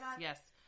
yes